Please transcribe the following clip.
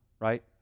right